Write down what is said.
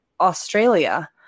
Australia